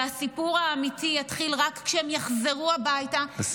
והסיפור האמיתי יתחיל רק כשהם יחזרו הביתה -- לסיום.